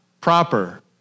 proper